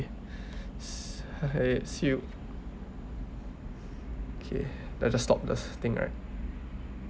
s~ see you okay let's just stop the thing right